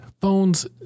phones